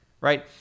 right